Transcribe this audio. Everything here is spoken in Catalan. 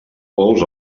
pols